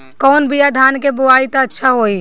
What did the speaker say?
कौन बिया धान के बोआई त अच्छा होई?